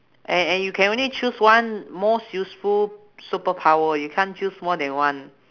and and you can only choose one most useful superpower you can't choose more than one